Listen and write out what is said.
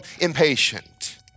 impatient